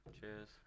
cheers